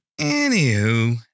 Anywho